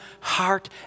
heart